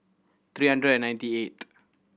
three hundred and ninety eighth